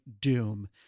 doom